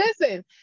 listen